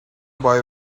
boy